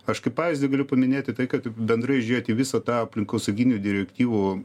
aš kaip pavyzdį galiu paminėti tai kad bendrai žiūrėt į visą tą aplinkosauginių direktyvų